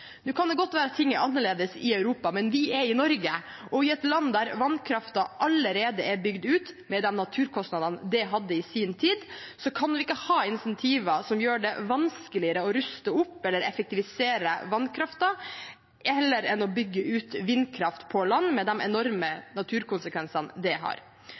Nå kan det godt være at ting er annerledes i Europa, men vi er i Norge, og i et land der vannkraften allerede er bygd ut, med de naturkostnadene det hadde i sin tid, kan vi ikke ha insentiver som gjør det vanskeligere å ruste opp eller effektivisere vannkraften enn å bygge ut vindkraft på land, med de enorme naturkonsekvensene det har.